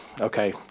okay